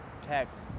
protect